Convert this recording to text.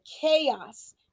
chaos